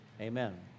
Amen